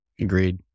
Agreed